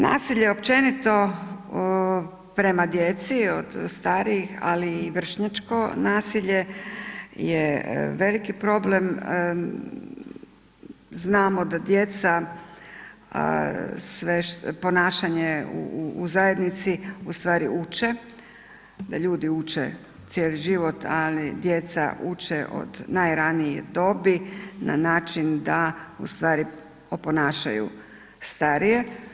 Nasilje općenito prema djeci od starijih ali i vršnjačko nasilje je veliko problem, znamo da djeca sve što, ponašanje u zajednici, ustvari uče, ljudi uče cijeli život ali djeca uče od najranije dobi, na način, da ustvari, oponašaju starije.